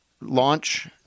launch